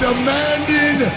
Demanding